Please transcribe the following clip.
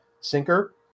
Sinker